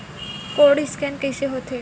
Code scan कइसे होथे?